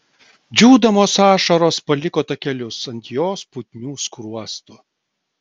džiūdamos ašaros paliko takelius ant jos putnių skruostų